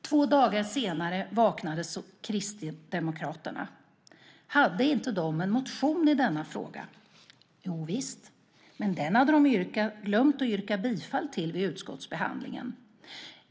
Två dagar senare vaknade Kristdemokraterna. Hade inte de en motion i denna fråga? Jovisst, men den hade de glömt att yrka bifall till vid utskottsbehandlingen.